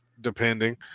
depending